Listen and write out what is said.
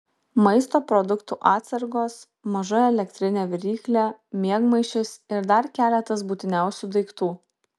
maisto produktų atsargos maža elektrinė viryklė miegmaišis ir dar keletas būtiniausių daiktų